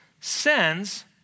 sends